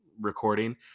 recording